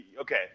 Okay